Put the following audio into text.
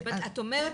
את אומרת